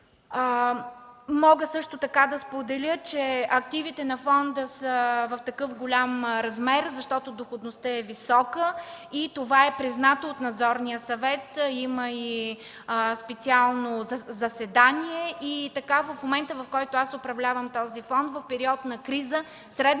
Мога също така да споделя, че активите на фонда са в такъв голям размер, защото доходността е висока и това е признато от Надзорния съвет – има и специално заседание. В момента, в който управлявам този фонд – в период на криза, средната